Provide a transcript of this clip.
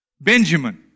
Benjamin